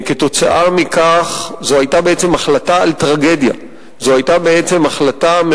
כתוצאה מכך, בעצם, זו היתה החלטה על טרגדיה.